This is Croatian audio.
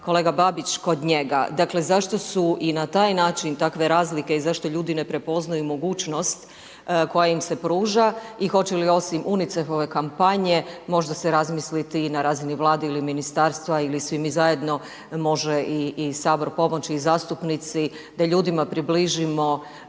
kolega Babić kod njega. Zašto su i na taj način takve razlike i zašto ljudi ne prepoznaju mogućnost koja im se pruža i hoće li osim UNICEF-ove kampanje možda se razmisliti i na razini vlade ili ministarstva ili svi mi zajedno može i Sabor pomoći i zastupnici, da ljudima približimo